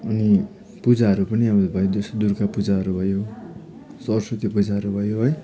अनि पूजाहरू पनि अब भाइ दूज दुर्गापूजाहरू भयो सरस्वती पूजाहरू भयो है